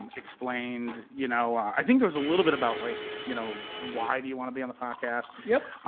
ah explained, you know i think there's a little bit about like you know why do you want to be on the podcast? yep.